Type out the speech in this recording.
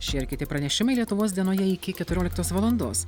šie ir kiti pranešimai lietuvos dienoje iki keturioliktos valandos